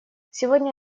сегодня